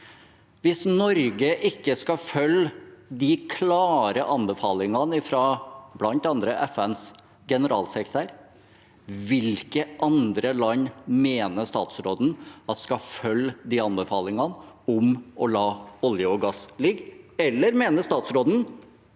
Hvis Norge ikke skal følge de klare anbefalingene fra bl.a. FNs generalsekretær, hvilke andre land mener statsråden skal følge anbefalingene om å la olje og gass ligge? Eller mener statsråden